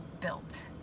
built